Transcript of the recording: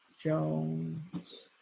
Jones